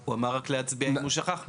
הוא אמר להצביע אם הוא שכח משהו.